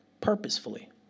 Purposefully